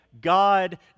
God